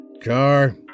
Car